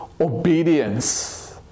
obedience